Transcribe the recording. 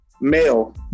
male